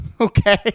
Okay